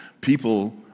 people